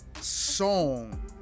song